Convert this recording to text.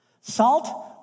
Salt